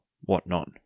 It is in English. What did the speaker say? whatnot